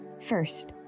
First